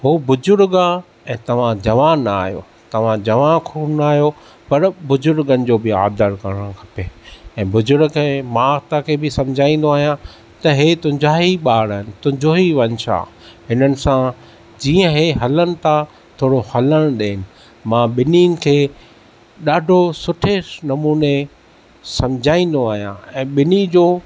हू बुज़ुर्गु आहे ऐं तव्हां जवान आहियो तव्हां जवां ख़ून आहियो पर बुज़ुर्गनि जो बि आदरु करणु खपे ऐं बुज़ुर्ग माता खे बि समुझाईंदो आहियां त हे तुंहिंजा ई ॿार आहिनि तुंहिंजो ई वंश आहे इन्हनि सां जीअं हे हलनि था थोड़ो हलनि ॾिए मां ॿिननि खे ॾाढो सुठे नमूने समझाईंदो आहियां ऐं ॿिन्ही जो